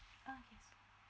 ah so